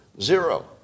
Zero